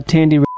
Tandy